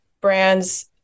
brands